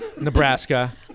Nebraska